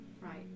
Right